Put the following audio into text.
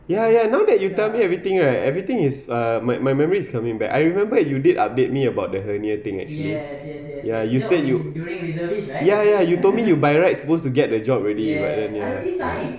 ya ya now that you tell me everything right everything is uh my my memories coming back I remember you did update me about the hernia thing actually ya you said you ya ya you told me you by right supposed to get the job already but then ya